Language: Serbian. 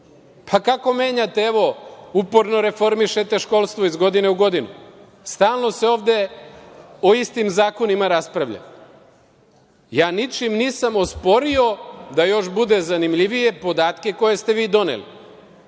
Pa, kako menjate… Evo, uporno reformišete školstvo iz godine u godinu. Stalno se ovde o istim zakonima raspravlja. Ja ničim nisam osporio, da još bude zanimljivije, podatke koje ste vi doneli